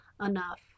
enough